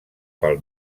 pel